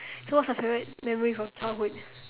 so what's your favourite memory from childhood